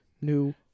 new